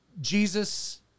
jesus